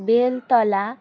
Beltala